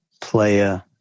player